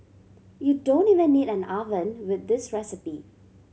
you don't even need an oven with this recipe